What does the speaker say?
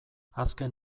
azken